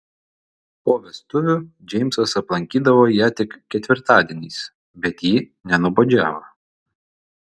po vestuvių džeimsas aplankydavo ją tik ketvirtadieniais bet ji nenuobodžiavo